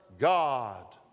God